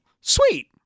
Sweet